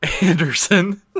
Anderson